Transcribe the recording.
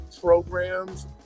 programs